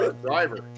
driver